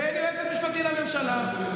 ואין יועצת משפטית לממשלה.